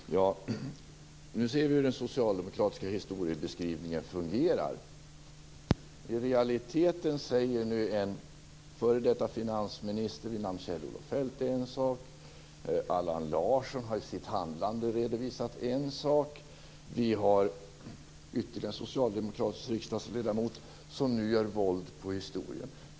Fru talman! Nu ser vi hur den socialdemokratiska historieskrivningen fungerar. I realiteten säger nu en f.d. finansminister vid namn Kjell-Olof Feldt en sak, Allan Larsson har i sitt handlande redovisat en sak. Vi har ytterligare en socialdemokratisk riksdagsledamot som gör våld på historien.